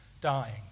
dying